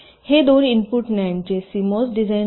हे दोन इनपुट न्याडचे सीमॉस डिझाइन आहे